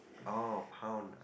orh pound ah